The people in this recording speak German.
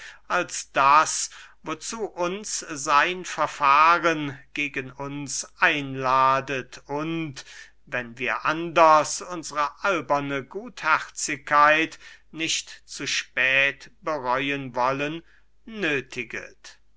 als das wozu uns sein verfahren gegen uns einladet und wenn wir anders unsre alberne gutherzigkeit nicht zu spät bereuen wollen nöthiget